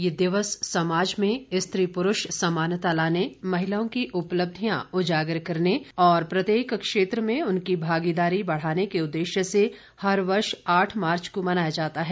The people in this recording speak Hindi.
यह दिवस समाज में स्त्री पुरुष समानता लाने महिलाओं की उपलब्धियां उजागर करने और प्रत्येक क्षेत्र में उनकी भागीदारी बढ़ाने के उद्देश्य से हर वर्ष आठ मार्च को मनाया जाता है